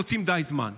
מוצאים די זמן.